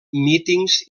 mítings